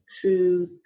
true